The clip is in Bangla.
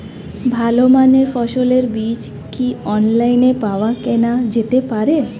ভালো মানের ফসলের বীজ কি অনলাইনে পাওয়া কেনা যেতে পারে?